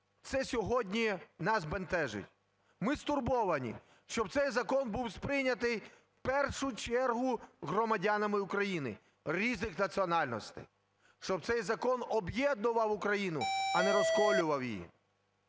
це сьогодні нас бентежить. Ми стурбовані, щоб цей закон був сприйнятий в першу чергу громадянами України різних національностей, щоб цей закон об'єднував Україну, а не розколював її.